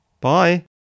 Bye